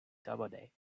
doubleday